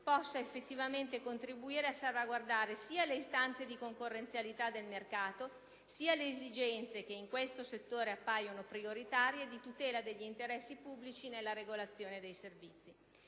possa effettivamente contribuire a salvaguardare sia le istanze di concorrenzialità del mercato, sia le esigenze - che in questo settore appaiono prioritarie - di tutela degli interessi pubblici nella regolazione dei servizi.